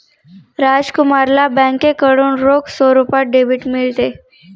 राजकुमारला बँकेकडून रोख स्वरूपात डेबिट मिळते